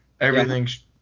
Everything's